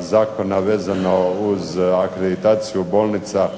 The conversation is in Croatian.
zakona vezano uz akreditaciju bolnica